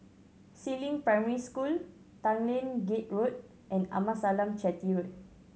Si Ling Primary School Tanglin Gate Road and Amasalam Chetty Road